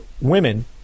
women